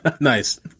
nice